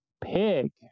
pig